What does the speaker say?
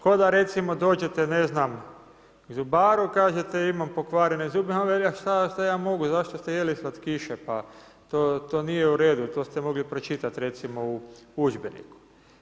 Kao da recimo dođete, ne znam, zubaru, kažete imam pokvarene zube, a on veli što ja mogu, zašto ste jeli slatkiše, pa to nije u redu, to ste mogli pročitati recimo, u udžbeniku.